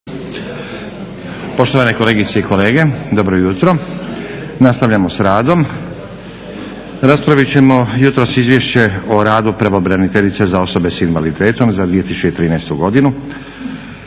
Poštovane kolegice i kolege dobro jutro. Nastavljamo s radom. Raspravit ćemo jutros - Izvješće o radu pravobraniteljice za osobe s invaliditetom za 2013. godinu